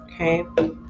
okay